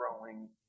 growing